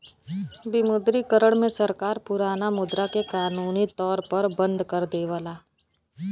विमुद्रीकरण में सरकार पुराना मुद्रा के कानूनी तौर पर बंद कर देवला